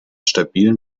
stabilen